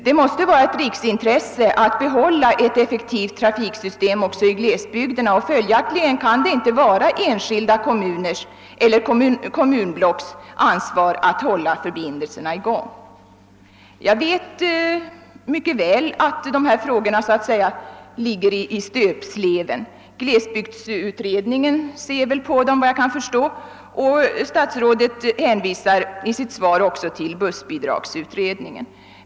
Det måste vara ett riksintresse att behålla ett effektivt trafiksystem också i glesbygderna, och följaktligen kan det inte vara enskilda kommuners eller kommunblocks ansvar att hålla förbindelserna i gång. Jag vet mycket väl att dessa frågor så att säga ligger i stöpsleven; glesbygdsutredningen granskar dem, efter vad jag kan förstå, och statsrådet hänvisar i sitt svar också till bussbidragsutredningen.